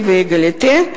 Égalité,